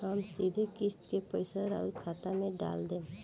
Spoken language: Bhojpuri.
हम सीधे किस्त के पइसा राउर खाता में डाल देम?